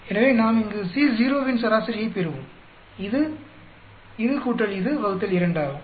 எனவே நாம் இங்கு Co வின் சராசரியைப் பெறுவோம் இது இது கூட்டல் இது வகுத்தல் 2 ஆகும்